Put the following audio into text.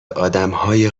آدمهای